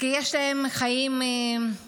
כי יש להם חיים מאתגרים.